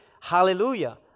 hallelujah